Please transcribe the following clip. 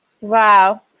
Wow